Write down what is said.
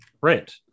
Right